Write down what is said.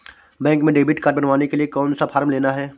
Bank में debit card बनवाने के लिए कौन सा फॉर्म लेना है?